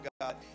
God